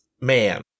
Man